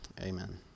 Amen